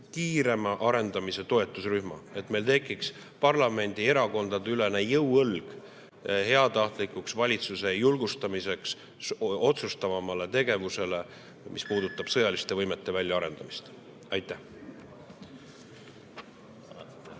kiirema arendamise toetusrühma, et meil tekiks parlamendis erakondadeülene jõuõlg valitsuse heatahtlikuks julgustamiseks otsustavamale tegevusele, mis puudutab sõjaliste võimete väljaarendamist. Aitäh!